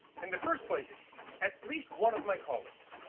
in the first place, at least one of my colleagues,